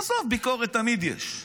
עזוב, ביקורת תמיד יש.